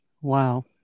Wow